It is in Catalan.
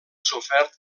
sofert